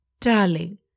Darling